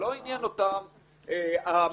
לא עניין אותם המתלוננת,